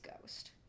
ghost